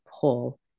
pull